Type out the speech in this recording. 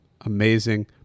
Amazing